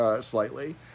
slightly